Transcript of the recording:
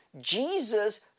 Jesus